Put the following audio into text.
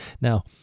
Now